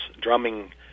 drumming